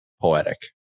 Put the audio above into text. poetic